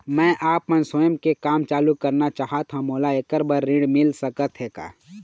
मैं आपमन स्वयं के काम चालू करना चाहत हाव, मोला ऐकर बर ऋण मिल सकत हे का?